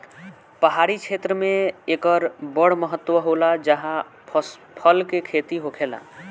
पहाड़ी क्षेत्र मे एकर बड़ महत्त्व होला जाहा फल के खेती होखेला